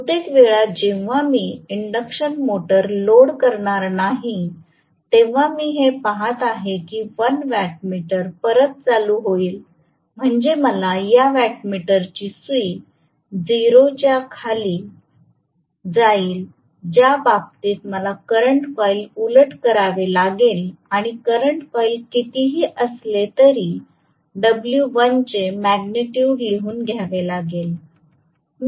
बहुतेक वेळा जेव्हा मी इंडक्शन मोटर लोड करणार नाही तेव्हा मी हे पहात आहे की 1 वॅट मीटर परत चालू होईल म्हणजे मला या वॅट मीटरची सुई 0 च्या खाली जाईल ज्या बाबतीत मला करंट कॉइल उलट करावे लागेल आणि करंट कॉईल कितीही असले तरी W1 चे मॅग्निट्युड लिहून घ्यावे लागेल